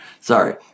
Sorry